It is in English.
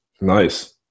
nice